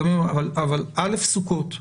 אבל א' סוכות וכו',